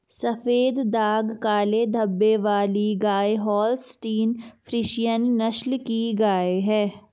सफेद दाग काले धब्बे वाली गाय होल्सटीन फ्रिसियन नस्ल की गाय हैं